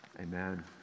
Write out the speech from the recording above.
amen